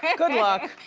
good luck.